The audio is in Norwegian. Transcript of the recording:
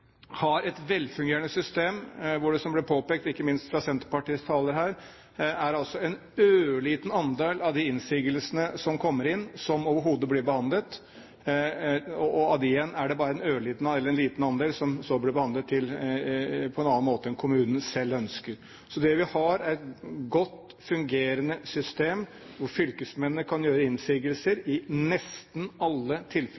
har et velfungerende system, hvor det, som det ble påpekt ikke minst av Senterpartiets taler her, er en ørliten andel av de innsigelsene som kommer inn, som overhodet blir behandlet. Av dem igjen er det bare en liten andel som så blir behandlet på en annen måte enn kommunene selv ønsker. Så det vi har, er et godt fungerende system, hvor fylkesmennene kan gjøre